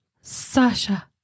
Sasha